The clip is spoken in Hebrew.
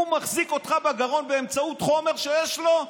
הוא מחזיק אותך בגרון באמצעות חומר שיש לו,